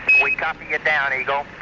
we copy you down eagle.